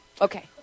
Okay